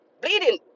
bleeding